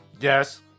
Yes